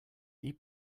eat